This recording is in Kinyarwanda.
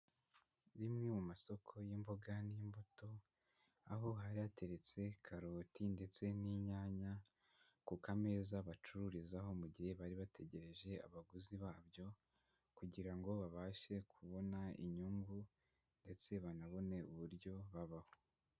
Rimwe mu masoko y'imboga n'imbuto, aho hari hateretse karoti ndetse n'inyanya ku kameza bacururizaho mu gihe bari bategereje abaguzi babyo, kugira ngo babashe kubona inyungu ndetse banabone uburyo babaho.